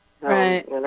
Right